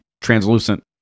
translucent